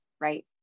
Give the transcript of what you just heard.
Right